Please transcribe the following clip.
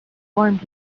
formed